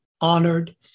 honored